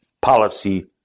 policy